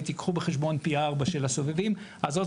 תיקחו בחשבון פי ארבעה של הסובבים אז עוד